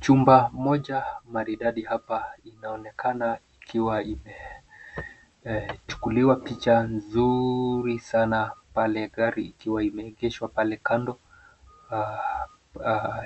Chumba moja maridadi hapa inaonekana ikiwa imechukuliwa picha nzuri sana pale gari ikiwa imeegeshwa pale kando.